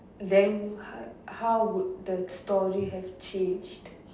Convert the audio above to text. then how would the story have changed